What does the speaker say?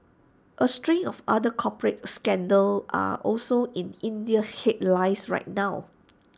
A string of other corporate scandals are also in Indian headlines right now